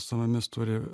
su mumis turi